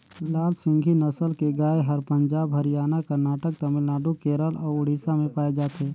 लाल सिंघी नसल के गाय हर पंजाब, हरियाणा, करनाटक, तमिलनाडु, केरल अउ उड़ीसा में पाए जाथे